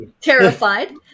terrified